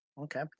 okay